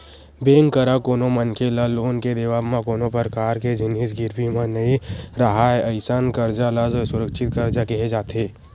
bank करा कोनो मनखे ल लोन के देवब म कोनो परकार के जिनिस गिरवी म नइ राहय अइसन करजा ल असुरक्छित करजा केहे जाथे